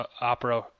opera